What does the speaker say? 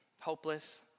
hopeless